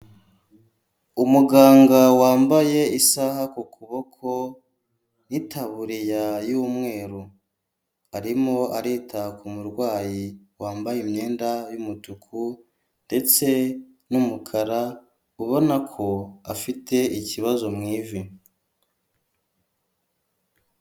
Umuganga wambaye isaha ku kuboko n'itabuririya y'mweru, arimo arita ku murwayi wambaye imyenda y'umutuku ndetse n'umukara ubona ko afite ikibazo mu ivi.